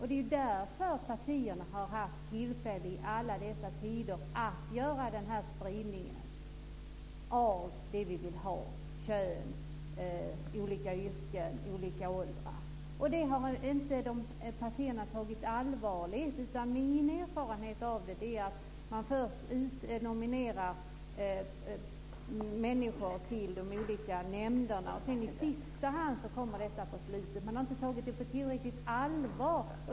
Det är därför partierna i alla dessa tider har haft tillfälle att göra den spridning som vi vill ha när det gäller kön, olika yrken och olika åldrar. Detta har inte partierna tagit allvarligt på, utan min erfarenhet är att de först nominerar människor till de olika nämnderna och att detta kommer i sista hand - på slutet. Man har alltså inte tagit det på tillräckligt allvar.